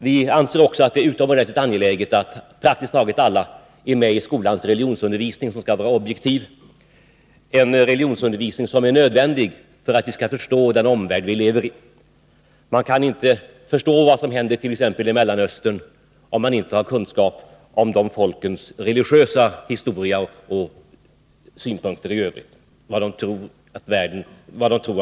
Vi anser också att det är utomordentligt angeläget att praktiskt taget alla är med i skolans religionsundervisning, som skall var objektiv — en religionsundervisning som 21 är nödvändig för att vi skall förstå den omvärld vi lever i. Man kan inte förstå vad som händer i t.ex. Mellanöstern, om man inte har kunskap om de folkens religiösa historia och nutida tro.